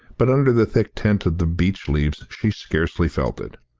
but under the thick tent of the beech leaves she scarcely felt it.